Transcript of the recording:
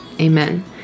amen